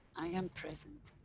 i am present.